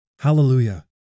Hallelujah